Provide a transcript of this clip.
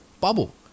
bubble